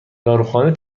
داروخانه